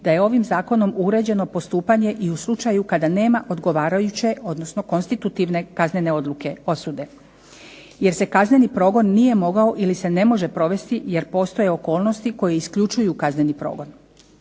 te je ovim zakonom uređeno postupanje i u slučaju kada nema odgovarajuće odnosno konstitutivne kaznene odluke, osude, jer se kazneni progon nije mogao ili ne može provesti jer postoje okolnosti koje isključuju kazneni progon.